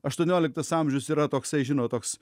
aštuonioliktas amžius yra toksai žinot toks